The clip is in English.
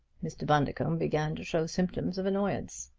mr. bundercombe began to show symptoms of annoyance.